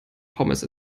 pommes